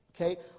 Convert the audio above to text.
Okay